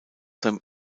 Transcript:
sein